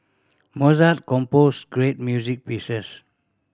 Mozart composed great music pieces